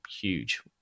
huge